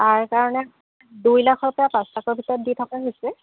তাৰ কাৰণে দুই লাখৰ পৰা পাঁচ লাখৰ ভিতৰত দি থকা হৈছে